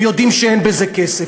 הם יודעים שאין בזה כסף,